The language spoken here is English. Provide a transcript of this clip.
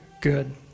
good